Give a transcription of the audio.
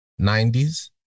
90s